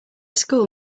school